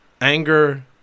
anger